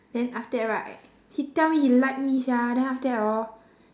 then after that right he tell me he like me sia then after that hor